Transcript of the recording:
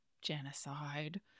genocide